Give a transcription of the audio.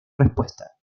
respuesta